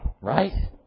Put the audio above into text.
right